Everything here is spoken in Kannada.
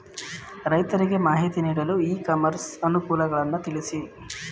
ರೈತರಿಗೆ ಮಾಹಿತಿ ನೀಡಲು ಇ ಕಾಮರ್ಸ್ ಅನುಕೂಲಗಳನ್ನು ತಿಳಿಸಿ?